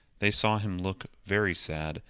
they saw him look very sad,